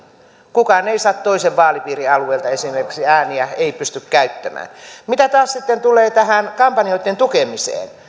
kukaan ei toisen vaalipiirin alueelta esimerkiksi ääniä pysty käyttämään mitä taas sitten tulee tähän kampanjoitten tukemiseen